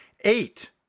eight